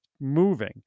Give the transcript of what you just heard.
moving